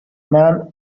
man